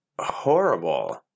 horrible